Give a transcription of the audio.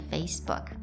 Facebook